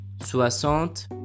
Soixante